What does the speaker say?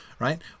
right